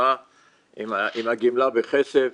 האחרונה עם הגמלה בכסף